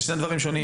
זה שני דברים שונים.